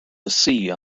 sea